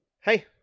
hey